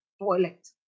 toilet